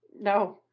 No